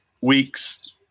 week's